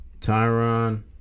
Tyron